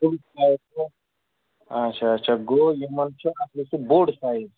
اَچھا اَچھا گوٚو یِمن چھُ بوٚڈ سایِز